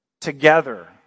Together